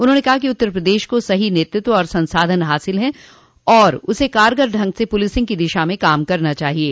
उन्होंने कहा कि उत्तर प्रदेश को सही नेतृत्व और संसाधन हासिल है और उसे कारगर ढंग से पुलिसिंग की दिशा में काम करना चाहिये